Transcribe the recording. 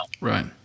Right